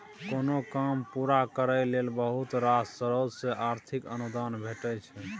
कोनो काम पूरा करय लेल बहुत रास स्रोत सँ आर्थिक अनुदान भेटय छै